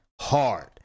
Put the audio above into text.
hard